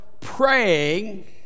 praying